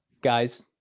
guys